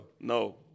No